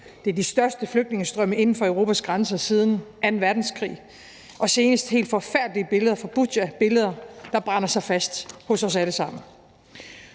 Det er de største flygtningestrømme inden for Europas grænser siden anden verdenskrig, og senest helt forfærdelige billeder fra Butja, billeder, der brænder sig fast hos os alle sammen.